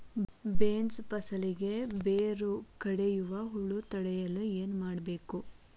Beans ಫಸಲಿಗೆ ಬೇರು ಕಡಿಯುವ ಹುಳು ತಡೆಯಲು ಏನು ಮಾಡಬೇಕು?